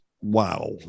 wow